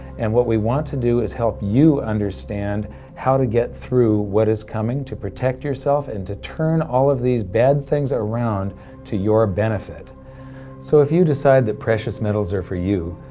and what we want to do is help you understand how to get through what is coming, to protect yourself, and to turn all of these bad things around to your benefit so if you decide that precious metals are for you,